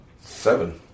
Seven